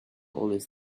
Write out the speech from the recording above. always